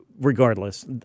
Regardless